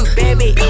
baby